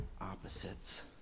opposites